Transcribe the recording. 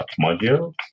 module